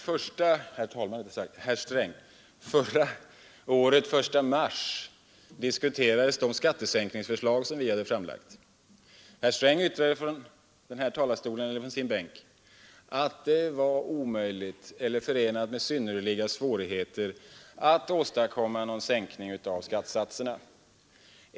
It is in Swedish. Herr talman! Den 1 mars förra året diskuterades, herr Sträng, de skattesänkningsförslag som vi framlagt. Herr Sträng sade då att det var förenat med synnerliga svårigheter att åstadkomma en sänkning av skattesatserna.